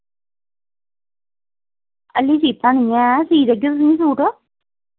आह्ली सीत्ता निं ऐ सी देगे तुसेंगी सूट